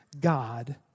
God